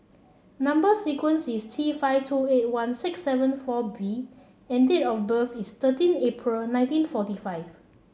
number sequence is T five two eight one six seven four V and date of birth is thirteen April nineteen forty five